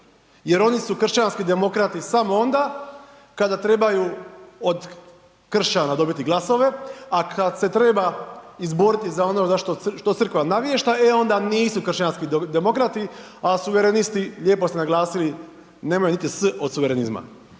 Jer oni su kršćanski demokrati samo onda kada trebaju od kršćana dobiti glasove, a kada se treba izboriti za ono što Crkva navješta e, onda nisu kršćanski demokrati, a suverenisti lijepo ste naglasili nemaju niti S od suverenizma.